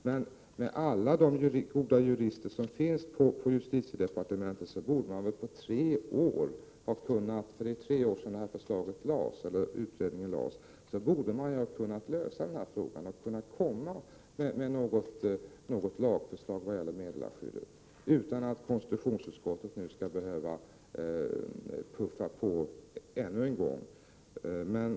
Men med alla de goda jurister som finns på justitiedepartementet borde man väl på tre år — för det är tre år sedan utredningen lades fram — ha kunnat lösa den här frågan och lägga fram något lagförslag om meddelarskyddet, utan att konstitutionsutskottet skall behöva puffa på ännu en gång.